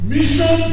Mission